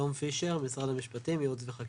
טום פישר, משרד המשפטים, יעוץ וחקיקה.